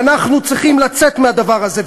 ואנחנו צריכים לצאת מהדבר הזה,